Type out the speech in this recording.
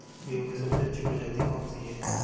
गेहूँ की सबसे अच्छी प्रजाति कौन सी है?